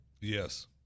Yes